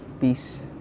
Peace